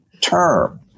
term